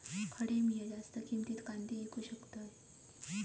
खडे मी जास्त किमतीत कांदे विकू शकतय?